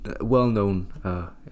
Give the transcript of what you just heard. well-known